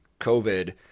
COVID